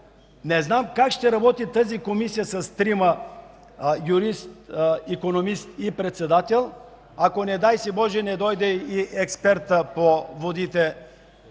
Не знам как ще работи тази Комисия с трима – юрист, икономист и председател, ако, не дай си Боже, не дойде и експерта по водите, случи